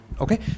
Okay